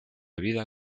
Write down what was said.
vida